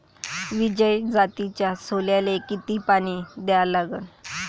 विजय जातीच्या सोल्याले किती पानी द्या लागन?